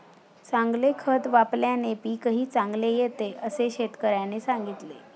चांगले खत वापल्याने पीकही चांगले येते असे शेतकऱ्याने सांगितले